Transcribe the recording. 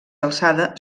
alçada